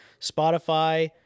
Spotify